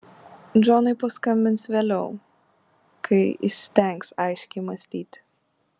džonui paskambins vėliau kai įstengs aiškiai mąstyti